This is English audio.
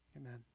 Amen